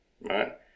right